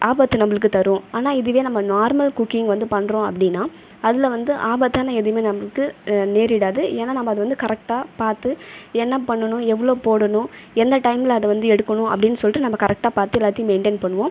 ஆபத்து நம்மளுக்கு தரும் ஆனால் இதுவே நம்ம நார்மல் குக்கிங் வந்து பண்ணுறோம் அப்படின்னால் அதில் வந்து ஆபத்தான எதுவுமே நம்மளுக்கு நேரிடாது ஏன்னால் நம்ம அதை வந்து கரெக்ட்டாக பார்த்து என்ன பண்ணணும் எவ்வளோ போடணும் எந்த டைமில் அதை வந்து எடுக்கணும் அப்படின்னு சொல்லிட்டு நம்ம கரெக்ட்டாக பார்த்து எல்லாத்தையும் மெயின்டென் பண்ணுவோம்